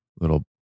little